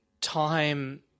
time